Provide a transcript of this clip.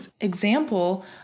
example